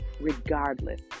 regardless